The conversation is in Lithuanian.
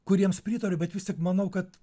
kuriems pritariu bet vistik manau kad